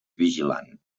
vigilant